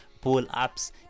pull-ups